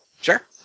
Sure